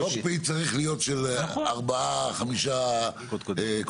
קוקפיט צריך להיות של ארבעה, חמישה קודקודים.